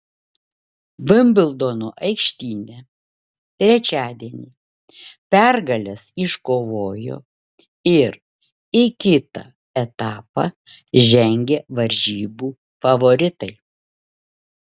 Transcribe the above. vimbldono aikštyne trečiadienį pergales iškovojo ir į kitą etapą žengė varžybų favoritai